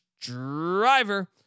driver